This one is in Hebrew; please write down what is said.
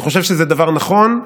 אני חושב שזה דבר נכון,